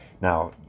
Now